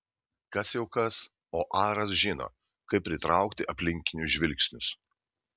kas jau kas o aras žino kaip pritraukti aplinkinių žvilgsnius